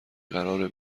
قراره